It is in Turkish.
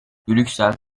brüksel